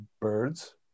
birds